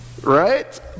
right